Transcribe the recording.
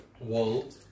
world